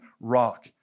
rock